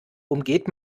umgeht